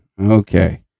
Okay